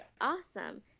awesome